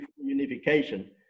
unification